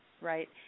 Right